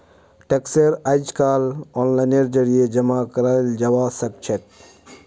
tax अइजकाल ओनलाइनेर जरिए जमा कराल जबा सखछेक